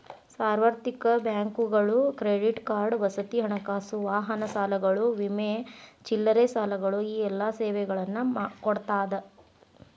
ಸಾರ್ವತ್ರಿಕ ಬ್ಯಾಂಕುಗಳು credit card ವಸತಿ ಹಣಕಾಸು ವಾಹನ ಸಾಲಗಳು ವಿಮೆ ಚಿಲ್ಲರೆ ಸಾಲಗಳು ಈ ಎಲ್ಲಾ ಸೇವೆಗಳನ್ನ ಕೊಡ್ತಾದ